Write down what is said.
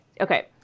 Okay